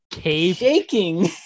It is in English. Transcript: shaking